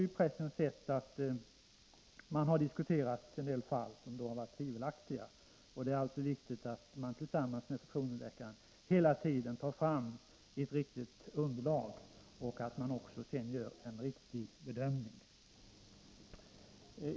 I pressen har diskuterats en del tvivelaktiga fall. Det är angeläget att kassan tillsammans med förtroendeläkaren hela tiden tar fram ett tillfredsställande underlag och sedan gör en riktig bedömning.